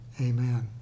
Amen